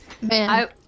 man